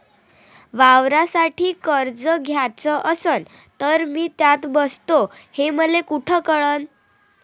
वावरासाठी कर्ज घ्याचं असन तर मी त्यात बसतो हे मले कुठ कळन?